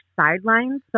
sidelines